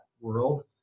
world